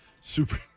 super –